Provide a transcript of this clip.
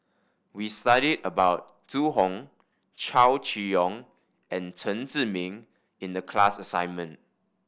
we studied about Zhu Hong Chow Chee Yong and Chen Zhiming in the class assignment